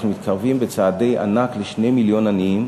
אנחנו מתקרבים בצעדי ענק ל-2 מיליון עניים.